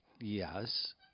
yes